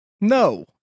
No